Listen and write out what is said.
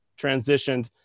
transitioned